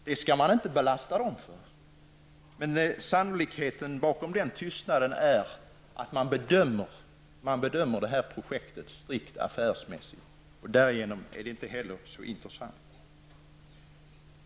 Det skall man inte klandra dem för, men skälet till tystnaden är sannolikt att man bedömer projektet strikt affärsmässigt, och därigenom är det inte heller så intressant.